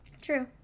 True